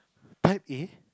type A